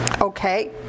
okay